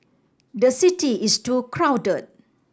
the city is too crowded